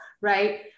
right